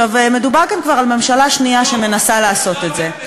מדובר כאן כבר על ממשלה שנייה שמנסה לעשות את זה.